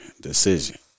decision